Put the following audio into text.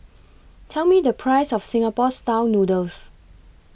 Tell Me The Price of Singapore Style Noodles